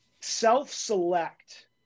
self-select